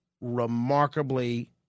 remarkably